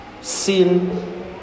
sin